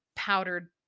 powdered